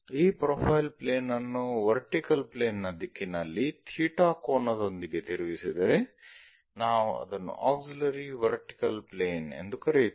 ಈ profile plane ಅನ್ನು vertical plane ನ ದಿಕ್ಕಿನಲ್ಲಿ ಥೀಟಾ ಕೋನದೊಂದಿಗೆ ತಿರುಗಿಸಿದರೆ ನಾವು ಅದನ್ನು ಆಕ್ಸಿಲರಿ ವರ್ಟಿಕಲ್ ಪ್ಲೇನ್ ಎಂದು ಕರೆಯುತ್ತೇವೆ